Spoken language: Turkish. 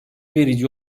verici